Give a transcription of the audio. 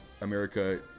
America